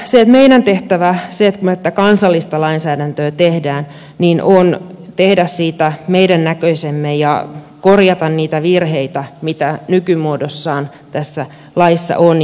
se meidän tehtävämme kun me tätä kansallista lainsäädäntöä teemme on tehdä siitä meidän näköisemme ja korjata niitä virheitä mitä nykymuodossaan tässä laissa on